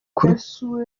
castro